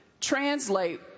translate